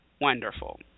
wonderful